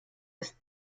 ist